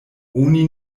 oni